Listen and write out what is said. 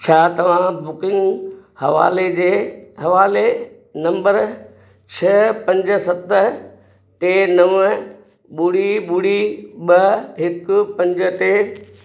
छा तव्हां बुकिंग हवाले जे हवाले नंबर छह पंज सत टे नव ॿुड़ी ॿुड़ी ॿ हिकु पंज ते